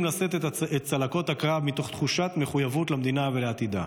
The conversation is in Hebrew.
לשאת את צלקות הקרב מתוך תחושת מחויבות למדינה ולעתידה.